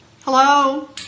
Hello